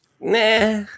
Nah